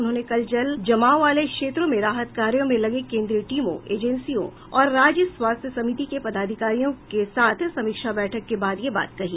उन्होंने कल जल जमाव वाले क्षेत्रों में राहत कार्यों में लगे केन्द्रीय टीमों एजेंसियों और राज्य स्वास्थ्य समिति के पदाधिकारियों को साथ समीक्षा बैठक के बाद यह बात कही